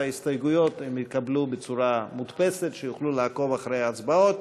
את ההסתייגויות הם יקבלו בצורה מודפסת כדי שיוכלו לעקוב אחרי ההצבעות.